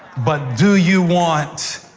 but do you want